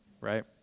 right